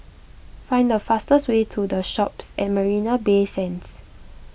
find the fastest way to the Shoppes at Marina Bay Sands